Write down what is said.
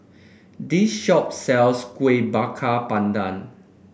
this shop sells Kuih Bakar Pandan